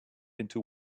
into